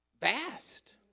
vast